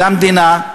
למדינה,